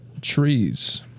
trees